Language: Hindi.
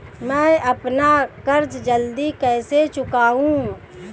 मैं अपना कर्ज जल्दी कैसे चुकाऊं?